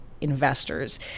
investors